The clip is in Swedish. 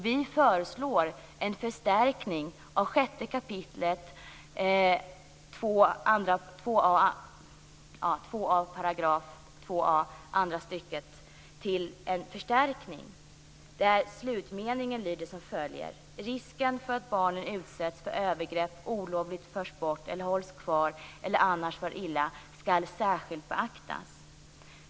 Vi föreslår en förstärkning av 6 kap. § 2a andra stycket till en förstärkning där slutmeningen lyder: Risken för att barnen utsätts för övergrepp, olovligt förs bort eller hålls kvar eller annars far illa skall särskilt beaktas.